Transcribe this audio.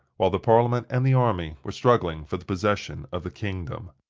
while the parliament and the army were struggling for the possession of the kingdom.